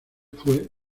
fue